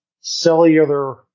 cellular